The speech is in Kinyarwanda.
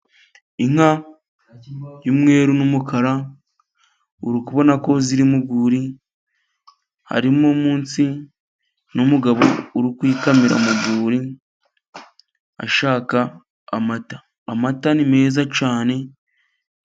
Inka y'umweru n'umukara, uri kubona ko iri mu rwuri, harimo munsi n'umugabo uri kuyikamira mu rwuri ashaka amata, amata ni meza cyane.